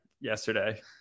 yesterday